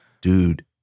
Dude